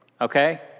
okay